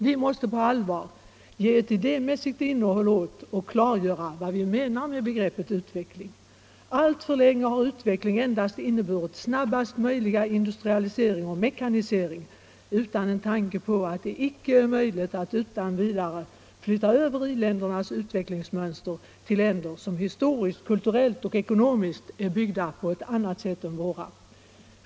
Vi måste på allvar ge ett idémässigt innehåll åt och klargöra vad vi menar med begreppet utveckling. Alltför länge har utveckling endast inneburit snabbast möjliga industrialisering och mekanisering utan en tanke på att det icke är möjligt att utan vidare flytta över i-ländernas utvecklingsmönster till länder som historiskt, kulturellt och ekonomiskt är uppbyggda på ett annat sätt än våra.